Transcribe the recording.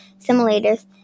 simulators